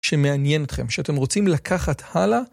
שמעניין אתכם, שאתם רוצים לקחת הלאה.